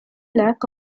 lack